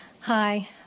Hi